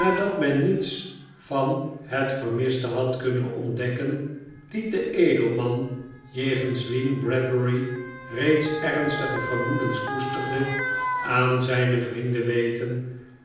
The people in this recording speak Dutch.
nadat men niets van het vermiste had kunnen ontdekken liet de edelman jegens wien bradbury reeds ernstige vermoedens koesterde aan zijtie vrienden weten